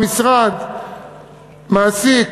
המשרד מעסיק